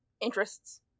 Interests